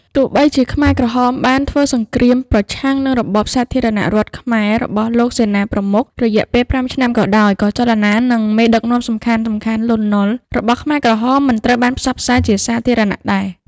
ទោះបីជាខ្មែរក្រហមបានធ្វើសង្គ្រាមប្រឆាំងនឹងរបបសាធារណរដ្ឋខ្មែររបស់លោកសេនាប្រមុខ រយៈពេល៥ឆ្នាំក៏ដោយ ក៏ចលនានិងមេដឹកនាំសំខាន់ៗ លន់ នល់ របស់ខ្មែរក្រហមមិនត្រូវបានផ្សព្វផ្សាយជាសាធារណៈដែរ ។